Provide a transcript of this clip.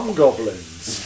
goblins